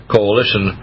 Coalition